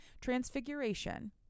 Transfiguration